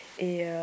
et